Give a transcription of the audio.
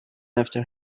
after